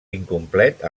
incomplet